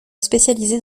spécialisée